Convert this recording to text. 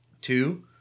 two